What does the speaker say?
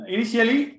Initially